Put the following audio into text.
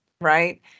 right